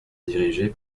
dirigée